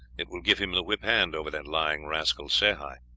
it will give him the whip hand over that lying rascal sehi.